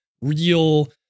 real